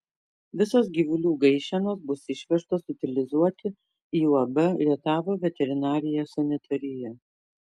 visos gyvulių gaišenos bus išvežtos utilizuoti į uab rietavo veterinarinė sanitarija